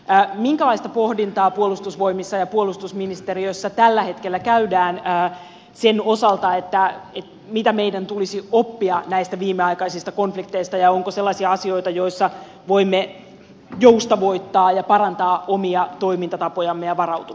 minkälaista pohdintaa puolustusvoimissa ja puolustusministeriössä tällä hetkellä käydään sen osalta mitä meidän tulisi oppia näistä viimeaikaisista konflikteista ja onko sellaisia asioita joissa voimme joustavoittaa ja parantaa omia toimintatapojamme ja varautumistamme